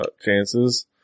chances